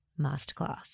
masterclass